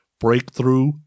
Breakthrough